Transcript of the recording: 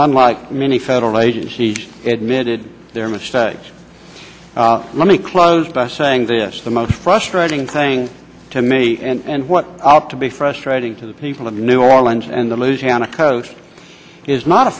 unlike many federal agencies admitted their mistakes let me close by saying this the most frustrating thing to me and what ought to be frustrating to the people of new orleans and the louisiana coast is not a